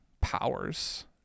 powers